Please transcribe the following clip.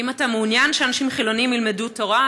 האם אתה מעוניין שאנשים חילונים ילמדו תורה,